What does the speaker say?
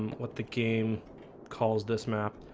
what the game calls this map?